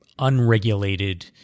unregulated